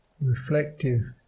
reflective